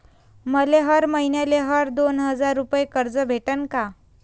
मले हर मईन्याले हर दोन हजार रुपये कर्ज भेटन का?